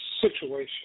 situation